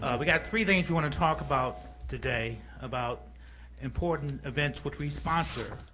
we've got three things we wanna talk about today about important events which we sponsor.